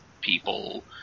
people